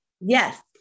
Yes